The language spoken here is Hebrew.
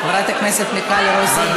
חברת הכנסת מיכל רוזין, נא להירגע.